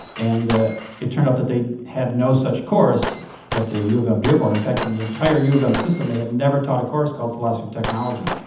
and it turned out that they had no such course at ah u of m dearborn in fact, in the entire u of m system they had never taught a course called philosophy of technology.